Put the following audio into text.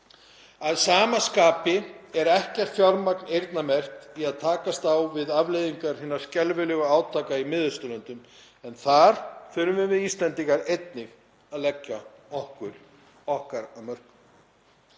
Að sama skapi er ekkert fjármagn eyrnamerkt í að takast á við afleiðingar hinna skelfilegu átaka í Miðausturlöndum en þar þurfum við Íslendingar einnig að leggja okkar af mörkum.